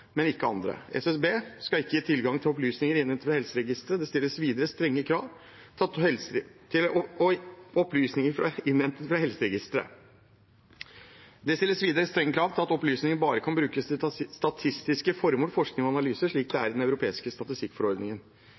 men ikke andre. SSB skal ikke gi tilgang til opplysninger innhentet fra helseregistre. Det stilles videre strenge krav til at opplysningene bare kan brukes til statistiske formål, forskning og analyser, slik det er i den europeiske statistikkforordningen. Det foreslås at taushetsplikt for personopplysninger oppheves etter 100 år og for andre opplysninger etter 60 år, slik det er